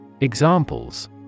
Examples